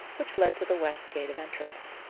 which led to the west gate of entrance.